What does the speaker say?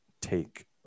take